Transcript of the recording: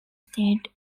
state